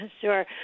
Sure